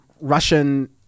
russian